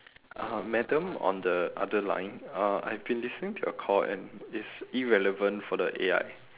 uh madam on the other line uh I've been listening to your call and it's irrelevant for the A_I